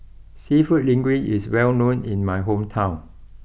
Seafood Linguine is well known in my hometown